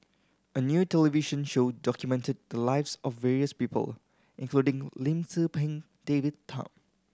a new television show documented the lives of various people including Lim Tze Peng David Tham